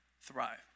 thrive